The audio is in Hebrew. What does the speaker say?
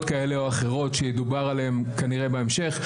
כאלה או אחרות שידובר עליהן כנראה בהמשך.